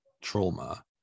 trauma